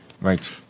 Right